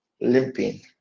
limping